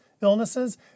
illnesses